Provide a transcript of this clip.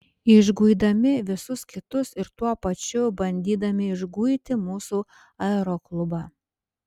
išguidami visus kitus ir tuo pačiu bandydami išguiti mūsų aeroklubą